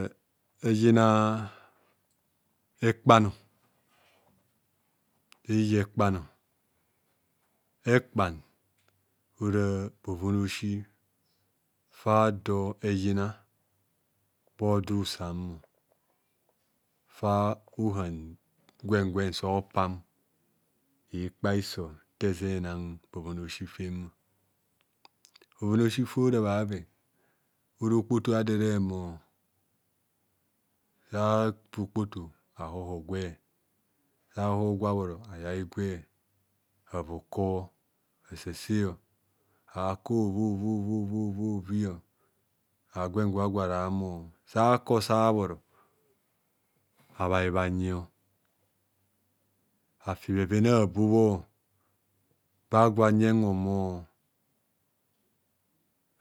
Eyina ekpan o eya ekpan ora bhoven aosi fa ado eyina bho odu usa gwe ohan gwen gwen opam ekpa hiso nta ado ezen enang bhoben aosi fem bhoven aosi fem ora bhaven, ora okpoto ado ehere ahumo. Saava okpoto ahoho gwe sa ahoho gwe abhoro, ayai gwe ava oko asase, akor ova ova ova ova ova ovai ọ agwen gwa agwo ara ahumo. Sah akor sa abahoro, abhae bhanyi o afi bheven abho abho ba agwo anyeng. Hohumo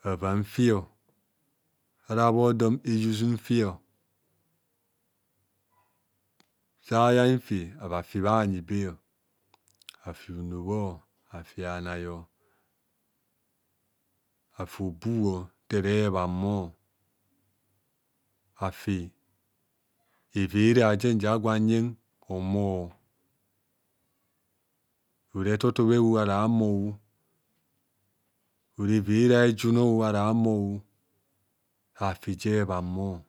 ava mfi ana bhaodo e use mfi sayai mfi, ava afi bha bhanyi be afo bhuno, afi bhanai, afi obunia afi evere aajen ja agwo anyeng holumo, ora ethoto bhe ara a humo, sa aafi je ebhambho.